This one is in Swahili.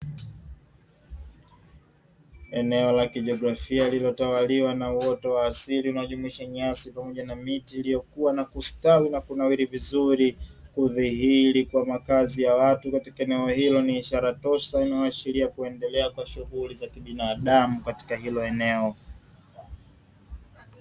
Eneo la kijiografia lililotawaliwa na uoto wa asili unaojumuisha nyasi pamoja na miti iliyokua na kustawi na kunawiri vizuri, kudhihiri kwa makazi ya watu katika eneo hilo ni ishara tosha inayo ashiria kuendelea kwa shughuli za kibinadamu katika hilo eneo.